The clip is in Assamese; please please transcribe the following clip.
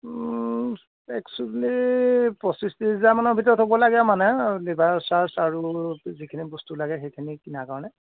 একচুলি পঁচিছ ত্ৰিছ হাজাৰ মানত হ'ব লাগে মানে লেবাৰ চাৰ্জ আৰু যিখিনি বস্তু লাগে সেইখিনি কিনাৰ কাৰণে